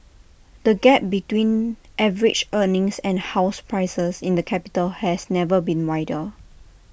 the gap between average earnings and house prices in the capital has never been wider